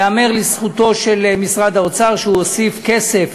ייאמר לזכותו של משרד האוצר שהוא הוסיף כסף,